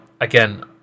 Again